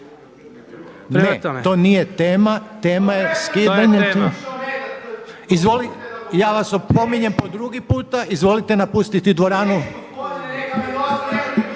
Ne to nije tema, tema je skidanje …/Upadica se ne čuje./… Ja vas opominjem po drugi puta izvolite napustiti dvoranu.